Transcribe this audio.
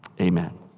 Amen